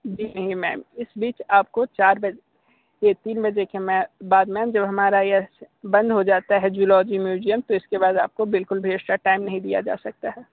जी नहीं मैम इस बीच आपको चार बजे या तीन बजे के में बाद मैम जब हमारा यह बंद हो जाता है जूलॉजी म्यूजियम तो इसके बाद आपको बिल्कुल भी एैस्ट्रा टाइम नहीं दिया जा सकता है